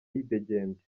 yidegembya